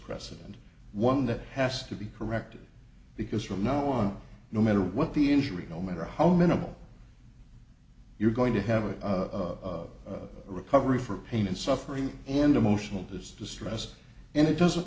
precedent one that has to be corrected because from now on no matter what the injury no matter how minimal you're going to have it of recovery for pain and suffering and emotional distress and it doesn't